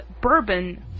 bourbon